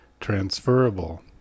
transferable